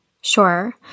Sure